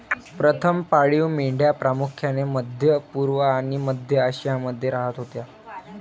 प्रथम पाळीव मेंढ्या प्रामुख्याने मध्य पूर्व आणि मध्य आशियामध्ये राहत होत्या